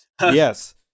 Yes